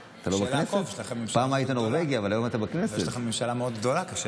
יש לכם ממשלה מאוד גדולה, קשה